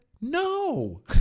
No